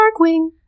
Darkwing